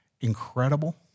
incredible